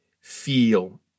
feel